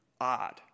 odd